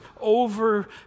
over